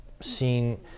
seen